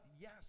Yes